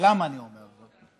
ולמה אני אומר זאת?